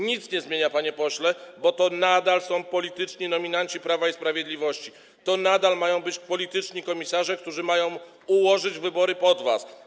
Nic się nie zmienia, panie pośle, bo to nadal są polityczni nominaci Prawa i Sprawiedliwości, to nadal mają być polityczni komisarze, którzy mają ułożyć wybory pod was.